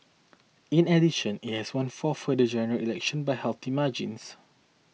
in addition it has won four further General Elections by healthy margins